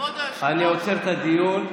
אני עוצר את הדיון.